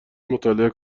مطالعه